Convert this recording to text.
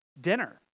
dinner